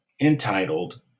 entitled